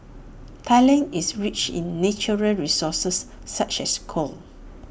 Thailand is rich in natural resources such as coal